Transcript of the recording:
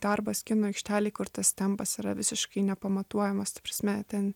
darbas kino aikštelėj kur tas tempas yra visiškai nepamatuojamas ta prasme ten